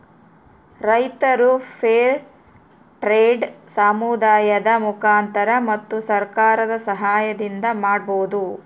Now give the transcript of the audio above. ರೈತರು fair trade ಸಮುದಾಯದ ಮುಖಾಂತರ ಮತ್ತು ಸರ್ಕಾರದ ಸಾಹಯದಿಂದ ಮಾಡ್ಬೋದು